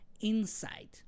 inside